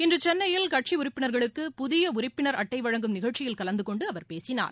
இன்று சென்னையில் கட்சி உறுப்பினா்களுக்கு புதிய உறுப்பினா் அட்டை வழங்கும் நிகழ்ச்சியில் கலந்து கொண்டு அவர் பேசினார்